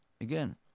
again